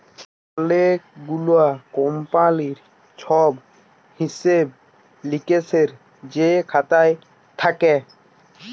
অলেক গুলা কমপালির ছব হিসেব লিকেসের যে খাতা থ্যাকে